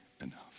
enough